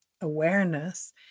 awareness